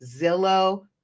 Zillow